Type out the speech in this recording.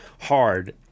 hard